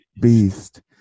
Beast